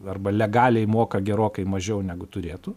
arba legaliai moka gerokai mažiau negu turėtų